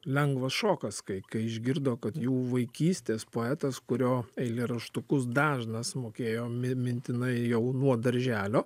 lengvas šokas kai kai išgirdo kad jų vaikystės poetas kurio eilėraštukus dažnas mokėjo mi mintinai jau nuo darželio